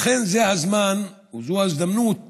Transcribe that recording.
לכן, זה הזמן וזאת ההזדמנות